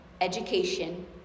education